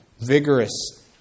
vigorous